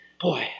boy